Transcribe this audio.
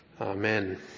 Amen